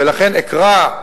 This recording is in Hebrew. ולכן אקרא,